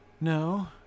No